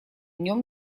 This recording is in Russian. нем